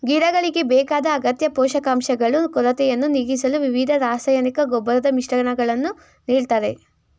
ಗಿಡಗಳಿಗೆ ಬೇಕಾದ ಅಗತ್ಯ ಪೋಷಕಾಂಶಗಳು ಕೊರತೆಯನ್ನು ನೀಗಿಸಲು ವಿವಿಧ ರಾಸಾಯನಿಕ ಗೊಬ್ಬರದ ಮಿಶ್ರಣಗಳನ್ನು ನೀಡ್ತಾರೆ